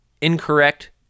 incorrect